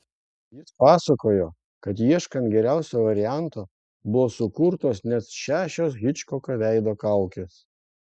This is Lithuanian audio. jis pasakojo kad ieškant geriausio varianto buvo sukurtos net šešios hičkoko veido kaukės